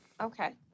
Okay